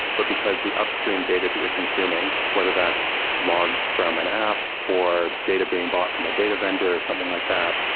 but because the upstream data that you're consuming, whether that's logs from an app, or data being bought from a data vendor, or something like that,